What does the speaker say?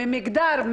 ממגדר,